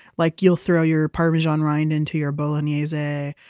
like you'll throw your parmesan rind into your bolognese.